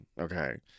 Okay